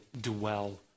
dwell